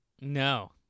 No